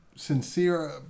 Sincere